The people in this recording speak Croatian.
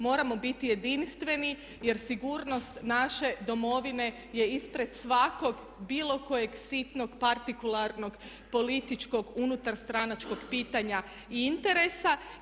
Moramo biti jedinstveni jer sigurnost naše Domovine je ispred svakog, bilo kojeg sitnog partikularnog političkog, unutarstranačkog pitanja i interesa.